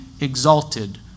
exalted